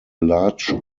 large